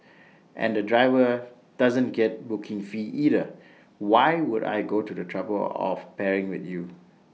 and the driver doesn't get booking fee either why would I go to the trouble of pairing with you